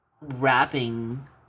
wrapping